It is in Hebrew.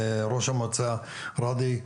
ראש המועצה ראדי,